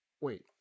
Wait